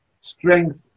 strength